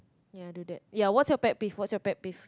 ya do that ya what's your pet peeve what's your pet peeve